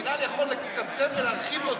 המינהל יכול לצמצם ולהרחיב.